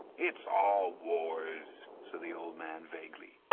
it's all wars said the old man vaguely.